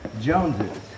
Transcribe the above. Joneses